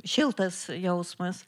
šiltas jausmas